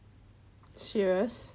serious